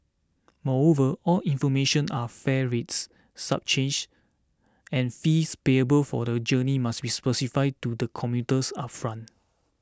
moreover all information are fare rates surcharges and fees payable for the journey must be specified to the commuters upfront